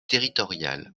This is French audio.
territorial